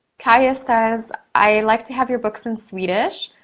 kia says, i'd like to have your books in swedish.